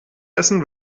essen